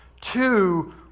two